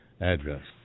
address